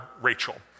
Rachel